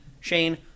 Shane